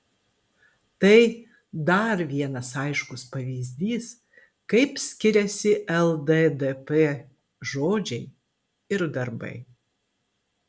tai dar vienas aiškus pavyzdys kaip skiriasi lddp žodžiai ir darbai